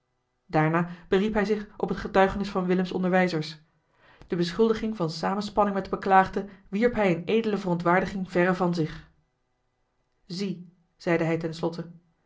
daarna beriep hij zich op het getuigenis van willem's onderwijeli heimans willem roda zers de beschuldiging van samenspanning met den beklaagde wierp hij in edele verontwaardiging verre van zich zie zeide hij